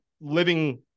living